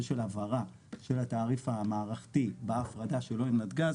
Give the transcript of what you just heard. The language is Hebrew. של ההבהרה של התעריף המערכתי בהפרדה שלו על נתגז,